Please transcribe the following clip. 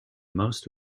most